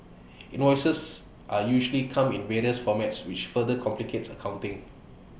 invoices are usually come in various formats which further complicates accounting